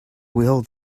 will